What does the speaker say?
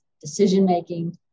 decision-making